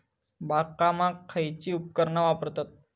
बागकामाक खयची उपकरणा वापरतत?